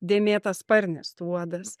dėmėtasparnis uodas